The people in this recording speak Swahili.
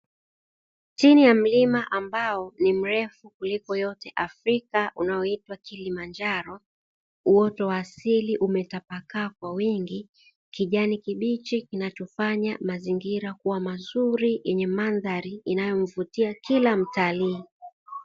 Chini ya mlima ambao ni mrefu kiliko yote Afrika unaoitwa Kilimanjaro uoto wa asili umetapakaa kwa wingi, kijani kibichi kinachofanya mazingira kuwa mazuri yenye mandhari inayomvutia kila mtalii.